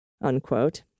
unquote